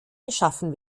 geschaffen